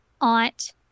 aunt